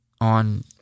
on